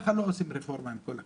ככה לא עושים רפורמה, עם כל הכבוד.